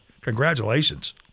Congratulations